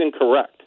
incorrect